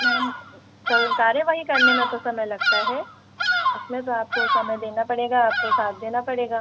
ma'am कार्यवाही करने में तो समय लगता है उसमें तो आपको समय देना पड़ेगा आपको साथ देना पड़ेगा